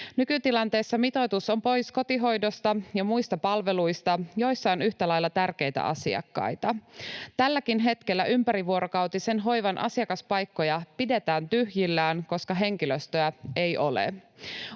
Nykytilanteessa mitoitus on pois kotihoidosta ja muista palveluista, joissa on yhtä lailla tärkeitä asiakkaita. Tälläkin hetkellä ympärivuorokautisen hoivan asiakaspaikkoja pidetään tyhjillään, koska henkilöstöä ei ole.